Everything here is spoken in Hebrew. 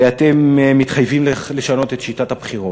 ואתם מתחייבים לשנות את שיטת הבחירות,